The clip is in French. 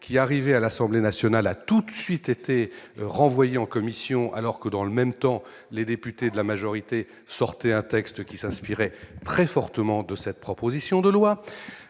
qui, arrivé à l'Assemblée nationale a tout de suite été renvoyé en commission alors que dans le même temps, les députés de la majorité, sortez un texte qui s'inspirait très fortement de cette proposition de loi,